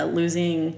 losing